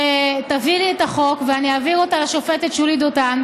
שתביא לי את החוק ואני אעביר אותו לשופטת שולי דותן,